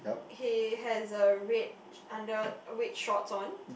he has a red under red shorts on